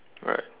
right